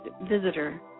visitor